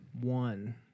One